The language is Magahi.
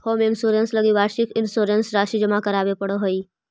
होम इंश्योरेंस लगी वार्षिक इंश्योरेंस राशि जमा करावे पड़ऽ हइ